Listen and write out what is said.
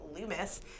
Loomis